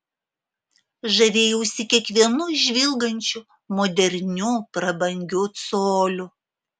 žavėjausi kiekvienu žvilgančiu moderniu prabangiu coliu